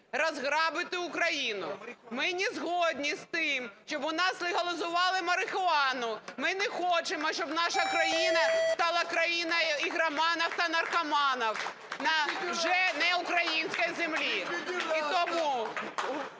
розграбити Україну. Ми не згодні з тим, щоб у нас легалізували марихуану, ми не хочемо, щоб наша країна стала країною ігроманів та наркоманів на вже не українській землі. І тому